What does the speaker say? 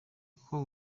uko